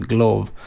Glove